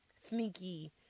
sneaky